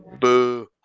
Boo